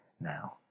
now